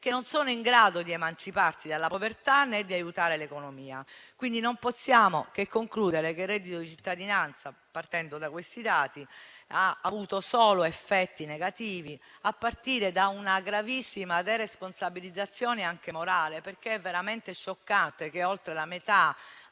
che non sono in grado di emanciparsi dalla povertà né di aiutare l'economia. Partendo da questi dati, non possiamo che concludere che il reddito di cittadinanza ha avuto solo effetti negativi, a partire da una gravissima deresponsabilizzazione anche morale. È infatti veramente scioccante che oltre la metà